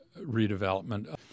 redevelopment